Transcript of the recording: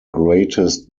greatest